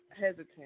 hesitant